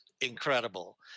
incredible